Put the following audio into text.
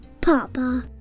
Papa